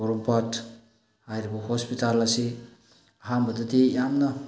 ꯄꯣꯔꯣꯝꯄꯥꯠ ꯍꯥꯏꯔꯤꯕ ꯍꯣꯁꯄꯤꯇꯥꯜ ꯑꯁꯤ ꯑꯍꯥꯟꯕꯗꯗꯤ ꯌꯥꯝꯅ